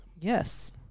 Yes